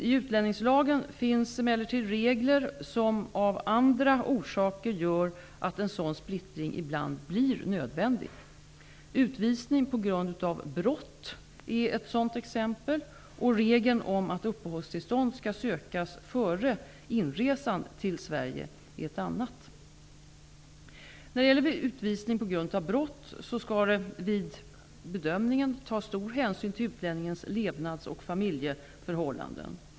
I utlänningslagen finns emellertid regler som av andra orsaker gör att en sådan splittring ibland blir nödvändig. Utvisning på grund av brott är ett sådant exempel, och regeln om att uppehållstillstånd skall sökas före inresan till Sverige är ett annat. När det gäller utvisning på grund av brott skall det vid bedömningen tas stor hänsyn till utlänningens levnads och familjeförhållanden.